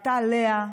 הייתה לאה,